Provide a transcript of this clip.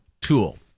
tool